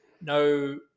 No